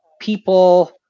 people